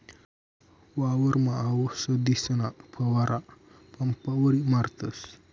वावरमा आवसदीसना फवारा पंपवरी मारतस